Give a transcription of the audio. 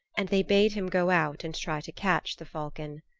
and they bade him go out and try to catch the falcon.